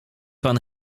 pan